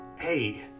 Hey